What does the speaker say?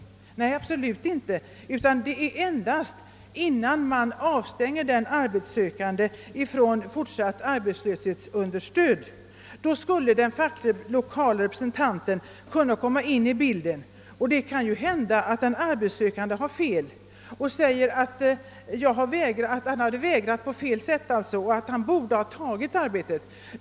Det vill jag absolut inte, utan endast innan man av stänger: den arbetssökande från fortsatt arbetslöshetsunderstöd. I det läget skulle den' facklige lokale representanten kunna komma in i bilden. Det kan hända att den arbetssökande har fel och att den facklige representanten anser att han borde ha tagit arbetet.